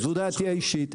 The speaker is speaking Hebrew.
זו דעתי האישית.